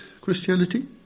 Christianity